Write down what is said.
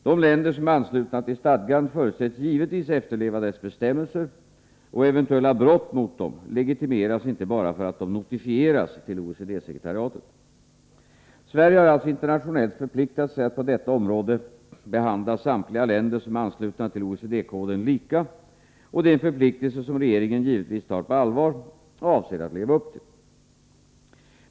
De länder som är anslutna till stadgan förutsätts givetvis efterleva dess bestämmelser, och eventuella brott mot dem legitimeras inte bara för att de notifieras till OECD-sekretariatet. Sverige har alltså internationellt förpliktat sig att på detta område behandla samtliga länder som är anslutna till OECD-koden lika, och det är en förpliktelse som regeringen givetvis tar på allvar och avser att leva upp till.